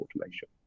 automation